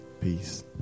Peace